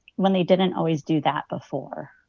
when they didn't always do that before?